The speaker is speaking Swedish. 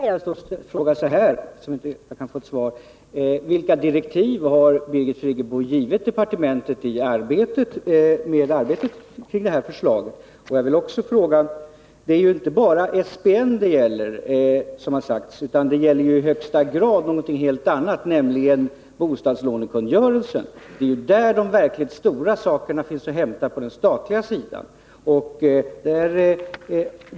Herr talman! Bostadsministern säger att hon inte vet om förslaget är diariefört. Hon har annat att göra — det är jag fullt medveten om. Men då vill jag fråga: Vilka direktiv har Birgit Friggebo gett departementstjänstemännen beträffande arbetet med det här förslaget? Det gäller inte bara SBN, som det har sagts, utan i högsta grad någonting helt annat, nämligen bostadslånekungörelsen. Det är där de verkligt stora effekterna på den statliga sidan finns att hämta.